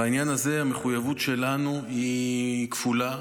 בעניין הזה המחויבות שלנו היא כפולה,